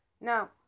now